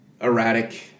erratic